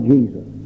Jesus